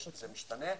זה משתנה.